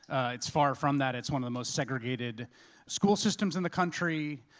it's far from that, it's one of the most segregated school systems in the country.